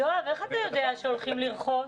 יואב, איך אתה יודע שהולכים לרכוש?